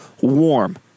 warm